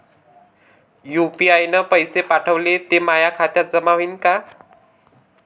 UPI न पैसे पाठवले, ते माया खात्यात जमा होईन का?